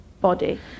body